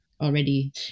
already